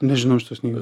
nežinau šitos knygos